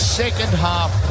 second-half